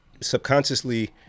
subconsciously